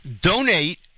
donate